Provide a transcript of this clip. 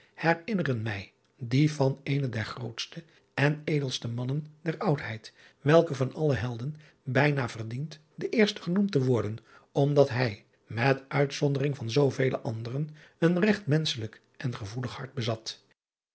herinneren mij die van eenen der grootste en edelste mannen der oudheid welke van alle helden bijna verdient de eerste genoemd te worden omdat hij met uitzondering van zoovele anderen een regt menschelijk en gevoelig hart bezat